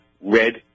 red